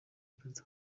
perezida